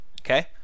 Okay